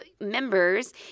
members